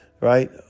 right